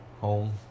Home